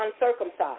uncircumcised